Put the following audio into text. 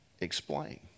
explain